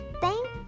Thank